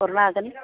हरनो हागोन